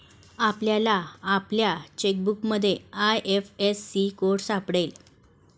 आपल्याला आपल्या चेकबुकमध्ये आय.एफ.एस.सी कोड सापडेल